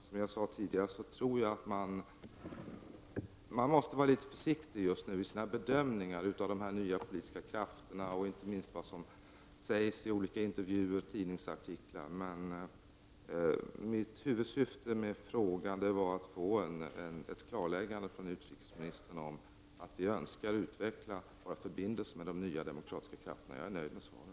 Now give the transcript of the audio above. Som jag sade tidigare tror jag att man måste vara försiktig just nu i sina bedömningar av de nya politiska krafterna och inte minst av vad som sägs i olika intervjuer och tidningsartiklar. Mitt huvudsyfte med frågan var att få ett klarläggande från utrikesministern att vi önskar utveckla våra förbindelser med de nya demokratiska krafterna. Jag är nöjd med svaret.